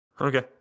Okay